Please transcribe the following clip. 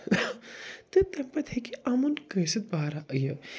تہٕ تَمہِ پتہٕ ہٮ۪کہِ اَمُن کٲنٛسہِ بارا یہِ